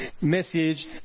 message